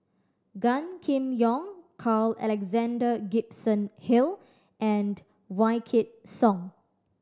Gan Kim Yong Carl Alexander Gibson Hill and Wykidd Song